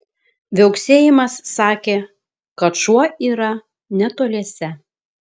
viauksėjimas sakė kad šuo yra netoliese